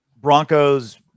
Broncos